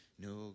no